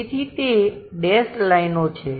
તેથી તે ડેશ લાઈનો છે